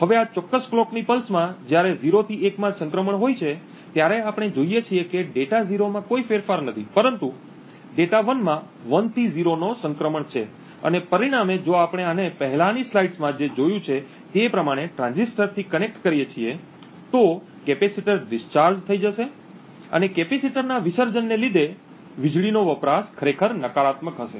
હવે આ ચોક્કસ કલોકની પલ્સમાં જ્યારે 0 થી 1 માં સંક્રમણ હોય છે ત્યારે આપણે જોઈએ છીએ કે ડેટા 0 માં કોઈ ફેરફાર નથી પરંતુ ડેટા 1 માં 1 થી 0 નો સંક્રમણ છે અને પરિણામે જો આપણે આને પહેલાની સ્લાઇડમાં જે જોયું છે તે પ્રમાણે ટ્રાંઝિસ્ટરથી કનેક્ટ કરીએ છીએ તો કેપેસિટર ડિસ્ચાર્જ થઈ જશે અને કેપેસિટરના વિસર્જનને લીધે વીજળીનો વપરાશ ખરેખર નકારાત્મક હશે